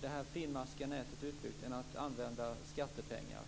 det finmaskiga nätet utbyggt än att använda skattepengar?